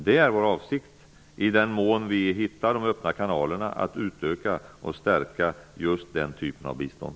Det är vår avsikt att, i den mån vi hittar öppna kanaler, utöka och stärka just den typen av bistånd.